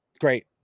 Great